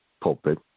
pulpit